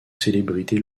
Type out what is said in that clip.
célébrités